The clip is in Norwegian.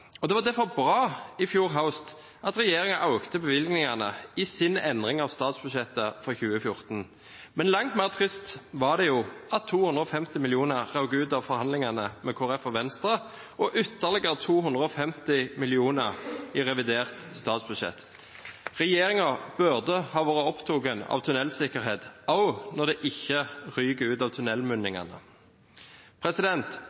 Det var derfor bra at regjeringen i fjor høst økte bevilgningene i sin endring av statsbudsjettet for 2014. Men langt mer trist var det jo at 250 mill. kr røk ut av forhandlingene med Kristelig Folkeparti og Venstre og ytterligere 250 mill. kr i revidert statsbudsjett. Regjeringen burde ha vært opptatt av tunnelsikkerhet også når det ikke ryker ut av